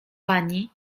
pani